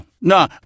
No